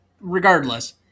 Regardless